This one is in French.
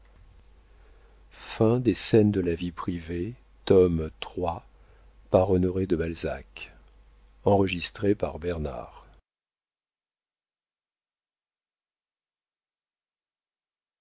iii scènes de la vie privée tome iii author honoré de balzac